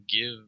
give